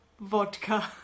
vodka